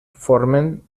formen